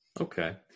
Okay